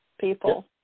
people